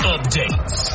Updates